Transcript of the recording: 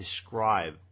describe